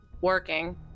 working